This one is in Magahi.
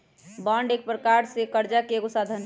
बॉन्ड एक प्रकार से करजा के एगो साधन हइ